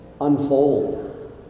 unfold